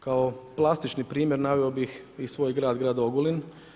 Kao plastični primjer naveo bi i svoj grad, grad Ogulin.